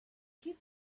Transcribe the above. keep